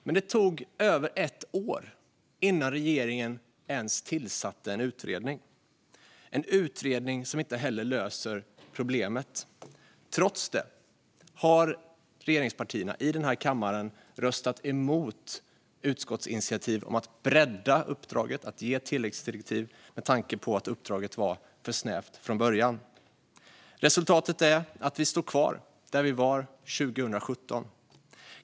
Men det gick över ett år innan regeringen ens tillsatte en utredning, och denna utredning löser inte problemet. Trots det har regeringspartierna i denna kammare röstat emot ett utskottsinitiativ om att bredda uppdraget och ge ett tilläggsdirektiv med tanke på att uppdraget var för snävt från början. Resultatet är att vi står kvar där vi var 2017.